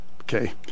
okay